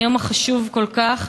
היום החשוב כל כך.